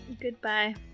Goodbye